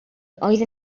oedd